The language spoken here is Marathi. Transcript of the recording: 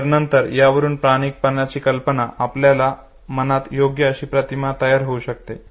पण नंतर यावरून प्रामाणिकपणाची आपल्या मनात योग्य अशी प्रतिमा तयार होऊ शकत नाही